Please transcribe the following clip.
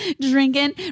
Drinking